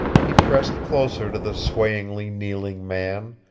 he pressed closer to the swayingly kneeling man,